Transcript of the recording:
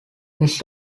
his